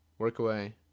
Workaway